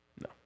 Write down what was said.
No